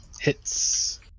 hits